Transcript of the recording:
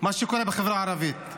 מה שקורה בחברה הערבית.